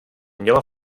měla